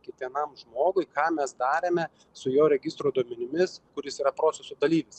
kiekvienam žmogui ką mes darėme su jo registro duomenimis kuris yra proceso dalyvis